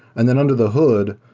and then under the hood,